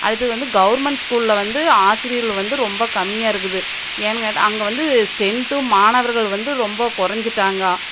அடுத்தது வந்து கவர்ன்மெண்ட் ஸ்கூலில் வந்து ஆசிரியர்கள் வந்து ரொம்ப கம்மியாக இருக்குது ஏன்னு கேட்டால் அங்கே வந்து ஸ்ட்ரென்த்தும் மாணவர்கள் வந்து ரொம்ப குறைஞ்சுட்டாங்க